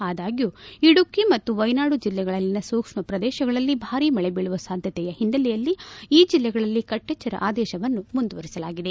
ಆದಾಗ್ಯೂ ಇಡುಕಿ ಮತ್ತು ವೈನಾಡ್ ಜಿಲ್ಲೆಗಳಲ್ಲಿನ ಸೂಕ್ಷ್ಮ ಪ್ರದೇಶಗಳಲ್ಲಿ ಭಾರಿ ಮಳೆ ಬೀಳುವ ಸಾಧ್ಯತೆಯ ಹಿನ್ನೆಲೆಯಲ್ಲಿ ಈ ಜೆಲ್ಲೆಗಳಲ್ಲಿ ಕಟ್ಟೆಚ್ಚರ ಆದೇಶವನ್ನು ಮುಂದುವರೆಸಲಾಗಿದೆ